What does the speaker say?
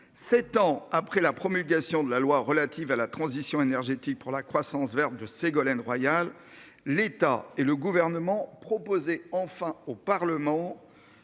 7 ans après la promulgation de la loi relative à la transition énergétique pour la croissance verte de Ségolène Royal. L'État et le gouvernement proposé enfin au Parlement.